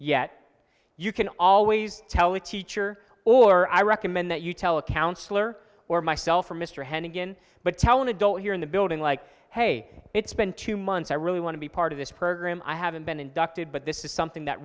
yet you can always tell a teacher or i recommend that you tell a counselor or myself or mr hennigan but tell an adult here in the building like hey it's been two months i really want to be part of this program i haven't been inducted but this is something that